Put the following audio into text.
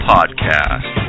Podcast